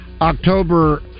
October